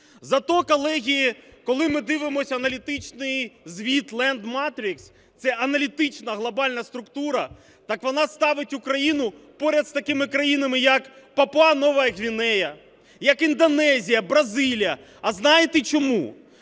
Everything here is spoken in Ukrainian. Зате, колеги, коли ми дивимось аналітичний звіт Land Matrix – це аналітична глобальна структура, - так вона ставить Україну поряд з такими країнами, як Папуа-Нова Гвінея, як Індонезія, Бразилія. А знаєте чому?